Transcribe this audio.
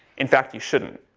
in fact, you shouldn't.